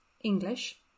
English